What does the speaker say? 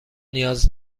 نیاز